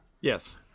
Yes